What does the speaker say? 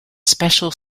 special